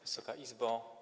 Wysoka Izbo!